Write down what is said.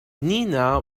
nina